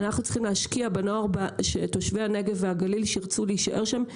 אנחנו צריכים להשקיע בנוער בתושבי הנגב והגליל שירצו להישאר שם,